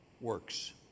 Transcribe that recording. works